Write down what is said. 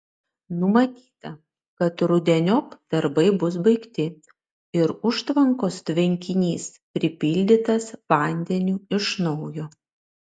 numatyta kad rudeniop darbai bus baigti ir užtvankos tvenkinys pripildytas vandeniu iš naujo